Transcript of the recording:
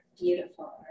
beautiful